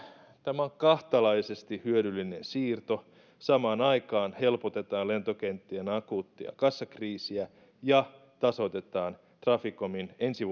tämä on kahtalaisesti hyödyllinen siirto samaan aikaan helpotetaan lentokenttien akuuttia kassakriisiä ja tasoitetaan traficomin ensi